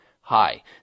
Hi